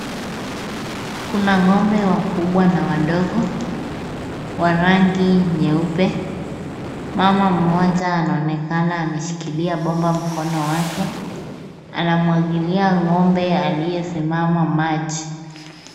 Kuna ng'ombe wakubwa na wadogo wa rangi nyeupe. Mama mmoja anaonekana ameshikilia bomba mkono wake, anamwagilia ng'ombe aliyesimama maji.